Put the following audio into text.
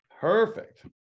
perfect